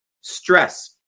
Stress